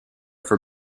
for